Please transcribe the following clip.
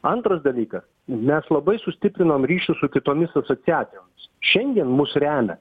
antras dalykas mes labai sustiprinom ryšius su kitomis asociacijomis šiandien mus remia